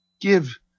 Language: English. Give